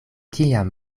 kiam